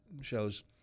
shows